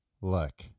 look